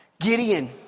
Gideon